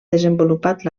desenvolupat